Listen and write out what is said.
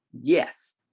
yes